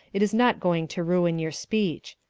it is not going to ruin your speech.